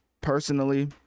personally